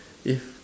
if